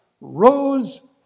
rose